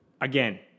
again